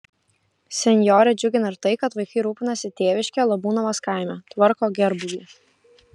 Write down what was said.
senjorę džiugina ir tai kad vaikai rūpinasi tėviške labūnavos kaime tvarko gerbūvį